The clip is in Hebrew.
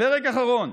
פרק אחרון.